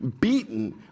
beaten